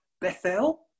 Bethel